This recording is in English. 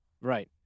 Right